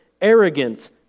arrogance